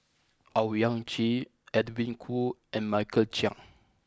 Owyang Chi Edwin Koo and Michael Chiang